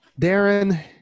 Darren